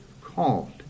called